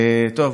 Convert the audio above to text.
טוב,